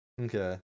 Okay